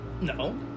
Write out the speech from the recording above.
No